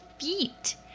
feet